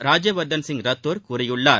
ராஜ்யவர்தன் சிங் ரத்தோர் கூறியுள்ளார்